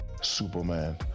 Superman